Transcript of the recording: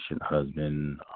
husband